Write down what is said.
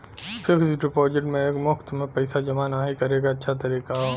fixed deposit में एक मुश्त में पइसा जमा नाहीं करे क अच्छा तरीका हौ